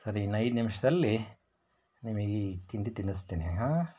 ಸರಿ ಇನ್ನೈದು ನಿಮಿಷ್ದಲ್ಲಿ ನಿಮಗೆ ಈ ತಿಂಡಿ ತಿನ್ನಿಸ್ತೀನಿ ಹಾಂ